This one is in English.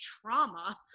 trauma